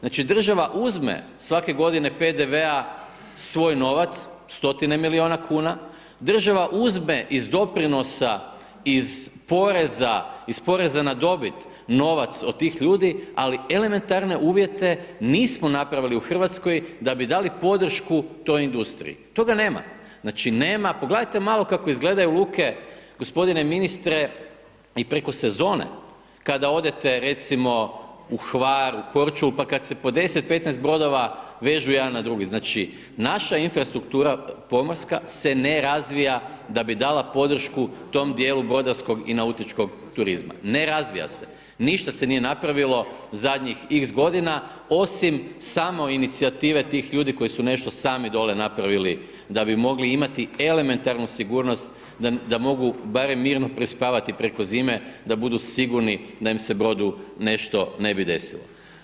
Znači država uzme svake godine PDV-a svoj novac, stotine milijuna kuna, država uzme iz doprinosa, iz poreza, iz poreza na dobit novac od tih ljudi, ali elementarne uvijete nismo napravili u Hrvatskoj da bi dali podršku toj industriji, toga nema, znači nema, pogledajte malo kako izgledaju luke gospodine ministre i preko sezone, kada odete recimo u Hvar, Korčulu pa kad se po 10, 15 bodova vežu na drugi, znači naša infrastruktura pomorska se ne razvija da bi dala podršku tom dijelu brodarskog i nautičkog turizma, ne razvija se, ništa se nije napravilo zadnjih x godina osim samoinicijative tih ljudi koji su nešto sami dole napravili da bi mogli imati elementarnu sigurnost da mogu barem mirno prespavati preko zime da budu sigurni da im se brodu nešto ne bi desilo.